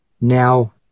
now